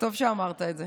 וטוב שאמרת את זה.